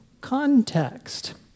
context